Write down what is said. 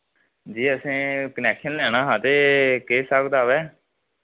जी असैं कनैक्शन लैना हा ते केह् स्हाब कताब ऐ